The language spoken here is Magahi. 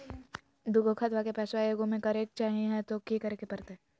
दू गो खतवा के पैसवा ए गो मे करे चाही हय तो कि करे परते?